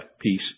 peace